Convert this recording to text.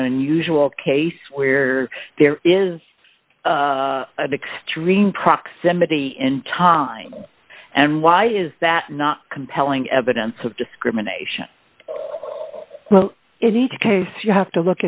unusual case where there is a extreme proximity in time and why is that not compelling evidence of discrimination in each case you have to look